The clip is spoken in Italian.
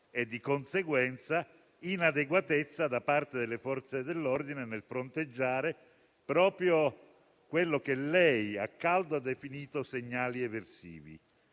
e, di conseguenza, inadeguatezza da parte delle Forze dell'ordine nel fronteggiare proprio quelli che lei, a caldo, ha definito segnali eversivi.